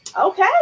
okay